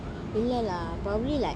இல்ல:illa lah probably like